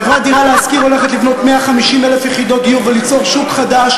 חברת "דירה להשכיר" הולכת לבנות 150,000 יחידות דיור וליצור שוק חדש